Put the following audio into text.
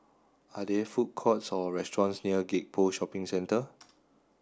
are there food courts or restaurants near Gek Poh Shopping Centre